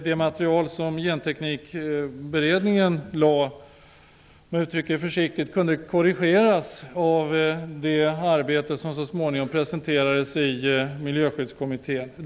Det material som Genteknikberedningen lade fram kunde -- om jag uttrycker mig försiktigt -- korrigeras i det arbete som så småningom redovisades i Miljöskyddskommittén.